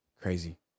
Crazy